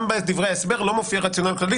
גם בדברי ההסבר לא מופיע רציונל כללי